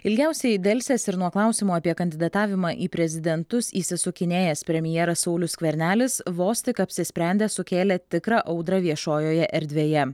ilgiausiai delsęs ir nuo klausimo apie kandidatavimą į prezidentus išsisukinėjęs premjeras saulius skvernelis vos tik apsisprendęs sukėlė tikrą audrą viešojoje erdvėje